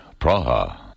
Praha